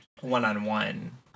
one-on-one